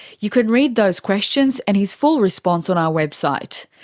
you can read those questions and his full response on our website.